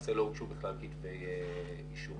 ולמעשה לא הוגשו בכלל כתבי אישום.